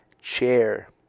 chair